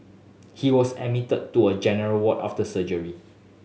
he was admitted to a general ward after surgery